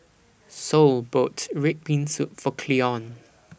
Sol bought Red Bean Soup For Cleon